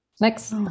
Next